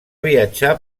viatjar